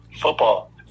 football